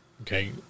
Okay